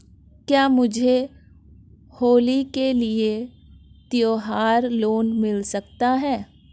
क्या मुझे होली के लिए त्यौहार लोंन मिल सकता है?